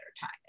time